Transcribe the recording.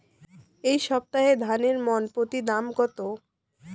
এই সপ্তাহে ধানের মন প্রতি দাম কত?